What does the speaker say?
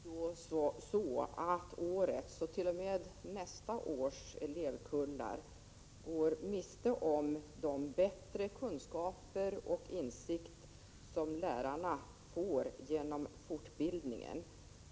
Herr talman! Det måste jag tyda som att årets elevkull och även nästa års elevkullar går miste om de bättre kunskaper och insikter som lärarna får genom fortbildningen.